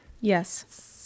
yes